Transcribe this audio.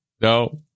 No